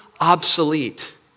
obsolete